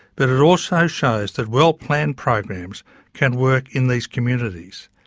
but it also shows that well planned programs can work in these communities.